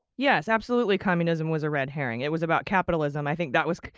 yes, absolutely communism was a red herring. it was about capitalism. i think that was,